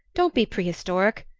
don't be prehistoric!